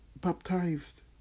baptized